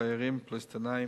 תיירים ופלסטינים,